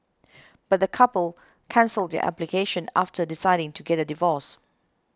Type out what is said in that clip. but the couple cancelled their application after deciding to get a divorce